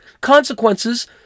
consequences